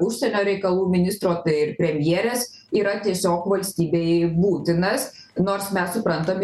užsienio reikalų ministro tai ir premjerės yra tiesiog valstybėj būtinas nors mes suprantam